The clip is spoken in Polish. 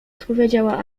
odpowiedziała